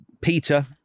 Peter